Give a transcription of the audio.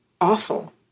awful